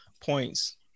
points